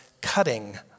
cutting